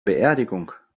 beerdigung